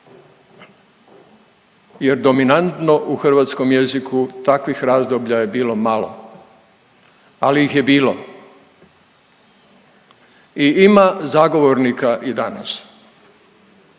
Jer dominantno u hrvatskom jeziku takvih razdoblja je bilo malo, ali ih je bilo. I ima zagovornika i danas.